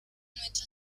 nuestra